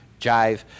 jive